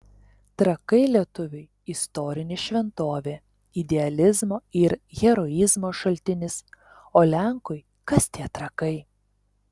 trakai lietuviui istorinė šventovė idealizmo ir heroizmo šaltinis o lenkui kas tie trakai